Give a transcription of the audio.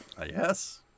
Yes